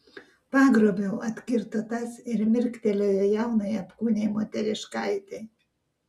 pagrobiau atkirto tas ir mirktelėjo jaunai apkūniai moteriškaitei